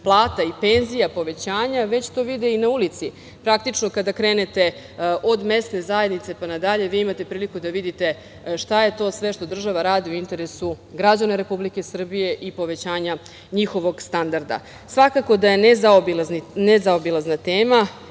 plata i penzija, povećanja već to vide i na ulici. Praktično kada krenete od mesne zajednice pa nadalje vi imate priliku da vidite šta je to sve što država radi u interesu građana Republike Srbije i povećanja njihovog standarda. Svakako da je nezaobilazna tema